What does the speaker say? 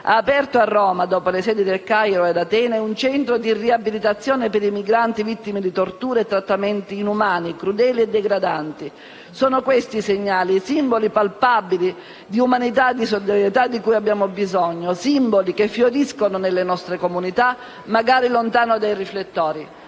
ha aperto a Roma, dopo le sedi del Cairo e Atene, un centro di riabilitazione per i migranti vittime di tortura e trattamenti inumani, crudeli e degradanti. È di questi segnali che abbiamo bisogno, simboli palpabili di umanità e solidarietà che fioriscono nelle nostre comunità, magari lontani dai riflettori.